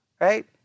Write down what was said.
right